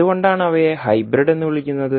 എന്തുകൊണ്ടാണ് അവയെ ഹൈബ്രിഡ് എന്ന് വിളിക്കുന്നത്